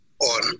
on